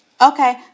Okay